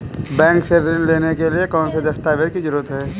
Bank से ऋण लेने के लिए कौन से दस्तावेज की जरूरत है?